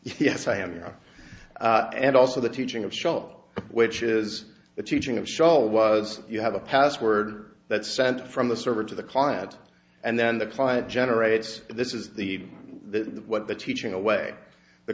yes i am you know and also the teaching of shell which is the teaching of shaw was you have a password that's sent from the server to the client and then the client generates this is the the what the teaching a way the